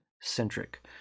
centric